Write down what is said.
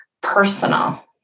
personal